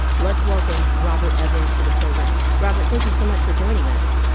let's welcome. robert evans to the program robert. thank you so much for joining us